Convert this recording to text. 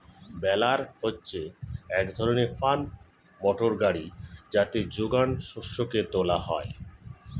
বেলার হচ্ছে এক ধরনের ফার্ম মোটর গাড়ি যাতে যোগান শস্যকে তোলা হয়